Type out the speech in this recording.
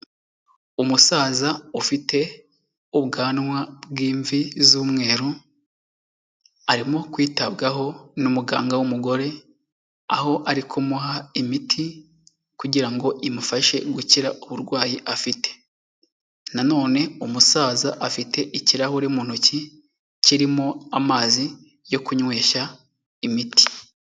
Umusaza ufite ubwanwa bw'imvi z'umweru arimo kwitabwaho n'umuganga w'umugore, aho ari kumuha imiti kugira ngo imufashe gukira uburwayi afite. Nanone umusaza afite ikirahuri mu ntoki kirimo amazi yo kunwesha imiti.